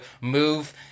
move